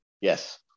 Yes